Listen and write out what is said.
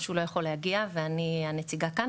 שהוא לא יכול להגיע ואני הנציגה כאן,